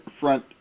front